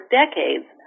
decades